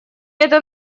это